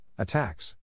Attacks